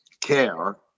Care